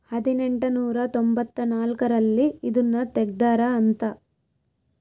ಹದಿನೆಂಟನೂರ ತೊಂಭತ್ತ ನಾಲ್ಕ್ ರಲ್ಲಿ ಇದುನ ತೆಗ್ದಾರ ಅಂತ